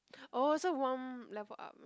oh so one level up